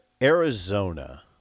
Arizona